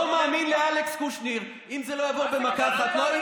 בואו תסבירו למה ההצעה שלנו לא טובה.